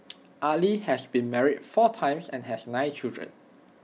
Ali has been married four times and has nine children